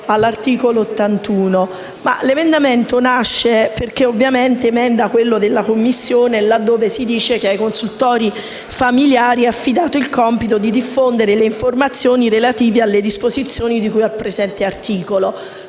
L'emendamento nasce con l'intento di specificare, laddove si dice che ai consultori familiari è affidato il compito di diffondere le informazioni relative alle disposizioni di cui al presente articolo,